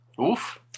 Oof